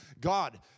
God